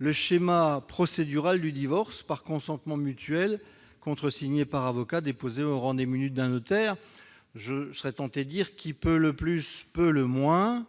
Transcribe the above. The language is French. le schéma procédural du divorce par consentement mutuel, contresigné par avocats et déposé au rang des minutes d'un notaire. Qui peut le plus peut le moins